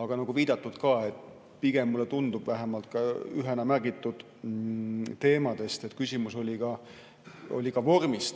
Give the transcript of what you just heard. Aga nagu viidatud, pigem mulle tundub vähemalt ühena märgitud teemadest, et küsimus oli ka vormis,